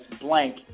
blank